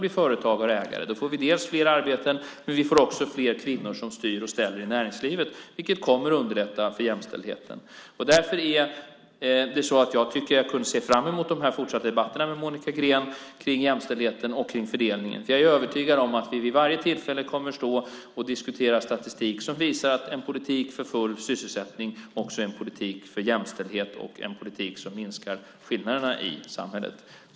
Vi får fler arbeten, men också fler kvinnor som styr och ställer i näringslivet, vilket kommer att underlätta för jämställdheten. Jag ser fram emot fortsatta debatter med Monica Green om jämställdheten och fördelningen. Jag är övertygad om att vi vid varje tillfälle kommer att stå och diskutera statistik som visar att en politik för full sysselsättning också är en politik för jämställdhet och en politik som minskar skillnaderna i samhället.